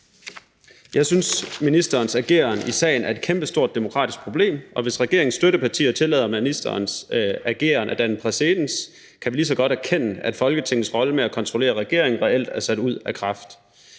Jeg synes, ministerens ageren i sagen er et kæmpestort demokratisk problem, og hvis regeringens støttepartier tillader ministerens ageren at danne præcedens, kan vi lige så godt erkende, at Folketingets rolle med at kontrollere regeringen reelt er sat ud af kraft.